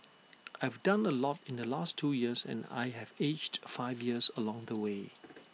I have done A lot in the last two years and I have aged five years along the way